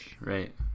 right